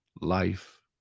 life